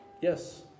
Yes